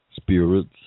spirits